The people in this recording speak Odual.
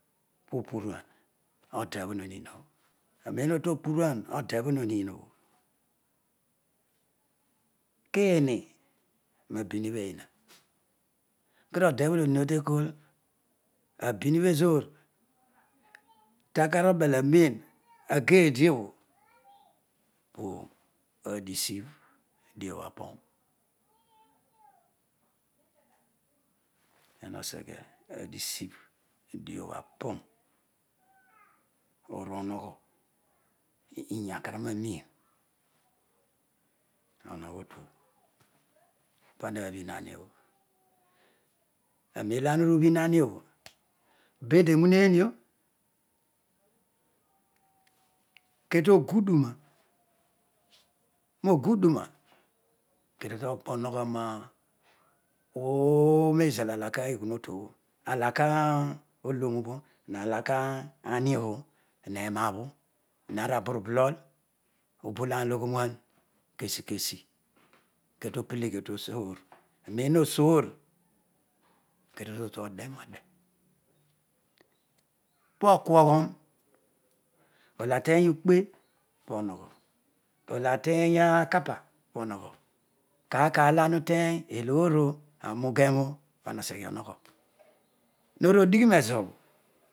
Popuruan odebho ho hmobho roern notu opuruan odebho ho hwobho kiini mi pana bho eeha kedio ode bho he haan obho tekool abin ebozoor takar obelaroen, agedi obho pa adisibhdiabh apor, pana obegh adirib hadiabh aporn, oruohogho iya kanana amiim ohogho otuobho panabhin ahrobho hederounenio ketoguduna yoguduna kedio togba ohogho nooro, zal alaka eghuhotuoyro alaka, oloro obho nalaka amobho heroabho haraburo bolo obolo anavloghonuah kesi kesi, ketobeleghi otuosoor memhosoor kedio totu odenodu pokuoghon llateny ukpe pohoyha olo ateny akapa pohogho kaar kaar olo ana utery eloor oh amugerooh pana oseghe onogbo noruodighimezobho.